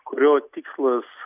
kurio tikslas